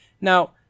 Now